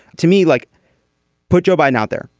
to me like put joe biden out there.